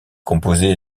composé